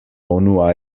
unua